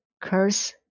curse